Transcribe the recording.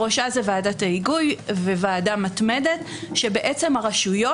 בראשה ועדת ההיגוי וועדה מתמדת שבעצם הרשויות,